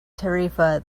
tarifa